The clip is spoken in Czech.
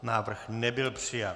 Návrh nebyl přijat.